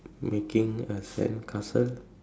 making a sandcastle